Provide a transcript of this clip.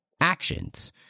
actions